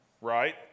right